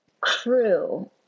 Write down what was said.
crew